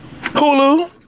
Hulu